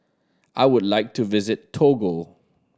I would like to visit Togo